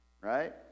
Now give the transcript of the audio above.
Right